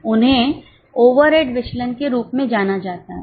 उन्हें ओवरहेड विचलन के रूप में जाना जाता है